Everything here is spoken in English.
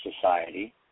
society